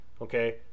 okay